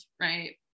right